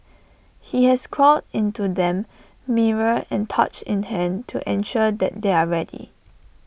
he has crawled into them mirror and torch in hand to ensure that they are ready